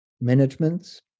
managements